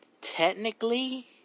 technically